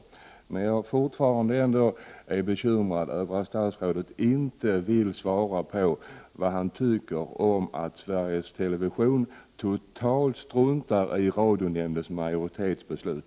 Jag är emellertid fortfarande bekymrad över att statsrådet inte vill säga vad han tycker om att Sveriges television totalt struntar i radionämndens majoritetsbeslut.